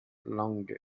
lange